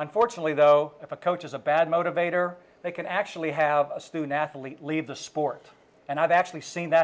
unfortunately though if a coach is a bad motivator they can actually have a student athlete leave the sport and i've actually seen that